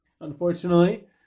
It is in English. unfortunately